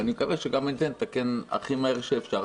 אני מקווה שגם את זה נתקן הכי מהר שאפשר.